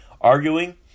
arguing